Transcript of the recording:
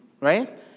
right